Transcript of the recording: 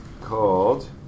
called